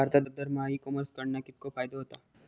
भारतात दरमहा e commerce कडणा कितको फायदो होता?